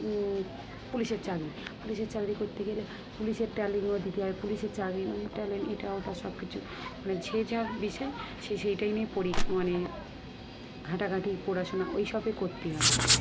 পুলিশের চাকরি পুলিশের চাকরি করতে গেলে পুলিশের ট্যালেন্টও দিতে হয় পুলিশের চাকরি মানে ট্যালেন্ট এটা ওটা সব কিছু মানে যে যার বিষয় সে সেইটাই নিয়ে পড়ি মানে ঘাটাঘাঁটি পড়াশোনা ওই সবই করতে হয়